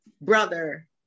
brother